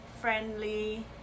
Friendly